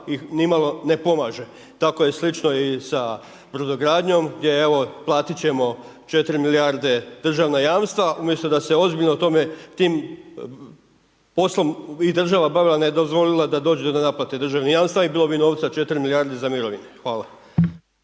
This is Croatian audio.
im nimalo ne pomaže. Tako je slično i sa brodogradnjom gdje evo platit ćemo 4 milijarde državna jamstva umjesto da se ozbiljno tim poslom i država bavila, ne dozvolila da dođe do naplate državnih jamstava i bilo bi novca 4 milijarde za mirovine. Hvala.